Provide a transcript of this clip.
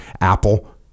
Apple